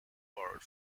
borrowed